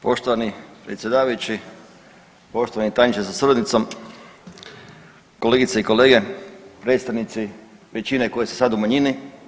Poštovani predsjedavajući, poštovani tajniče sa suradnicom, kolegice i kolege, predstavnici većine koji ste sad u manjini.